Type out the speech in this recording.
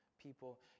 people